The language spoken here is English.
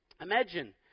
Imagine